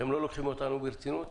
אתם לא לוקחים אותנו ברצינות,